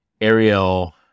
Ariel